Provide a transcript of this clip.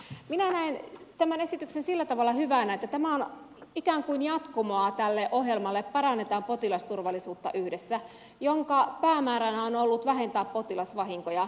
minä näen tämän esityksen sillä tavalla hyvänä että tämä on ikään kuin jatkumoa tälle ohjelmalle parannetaan potilasturvallisuutta yhdessä jonka päämääränä on ollut vähentää potilasvahinkoja